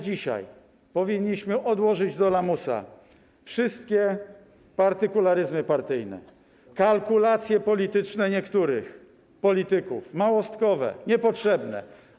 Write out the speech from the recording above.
Dzisiaj powinniśmy odłożyć do lamusa wszystkie partykularyzmy partyjne, kalkulacje polityczne niektórych polityków - małostkowe, niepotrzebne.